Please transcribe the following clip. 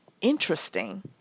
interesting